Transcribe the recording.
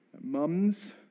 Mums